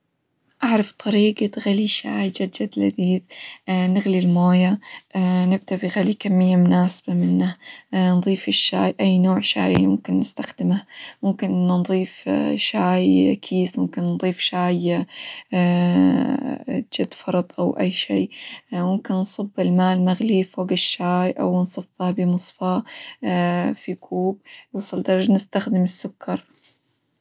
أعرف طريقة غلي شاي جد جد لذيذ ، نغلي الموية نبدأ بغلي كمية مناسبة منه، نظيف الشاي أي نوع شاي ممكن نستخدمه، ممكن إنه نظيف شاي كيس، ممكن نضيف شاي جد فرط، أو أي شي، ممكن نصب الماء المغلي فوق الشاي، أو نصبه بمصفاه في كوب -نصل درجة- نستخدم السكر.